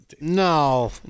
No